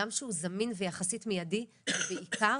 גם שהוא זמין ויחסית מיידי ובעיקר